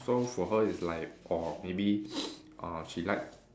so for her it's like orh maybe uh she like